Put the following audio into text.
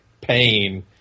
pain